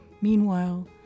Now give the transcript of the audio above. Meanwhile